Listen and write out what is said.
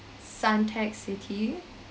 suntec city